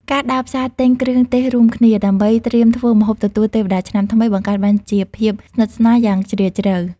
ការដើរផ្សារទិញគ្រឿងទេសរួមគ្នា ដើម្បីត្រៀមធ្វើម្ហូបទទួលទេវតាឆ្នាំថ្មី បង្កើតបានជាភាពស្និទ្ធស្នាលយ៉ាងជ្រាលជ្រៅ។